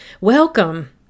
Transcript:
Welcome